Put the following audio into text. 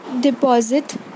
Deposit